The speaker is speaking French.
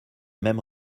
mêmes